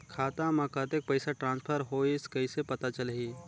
खाता म कतेक पइसा ट्रांसफर होईस कइसे पता चलही?